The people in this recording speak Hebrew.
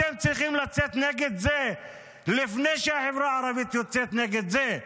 אתם צריכים לצאת נגד זה לפני שהחברה הערבית יוצאת נגד זה.